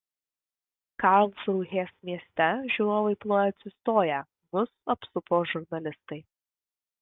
karlsrūhės mieste žiūrovai plojo atsistoję mus apsupo žurnalistai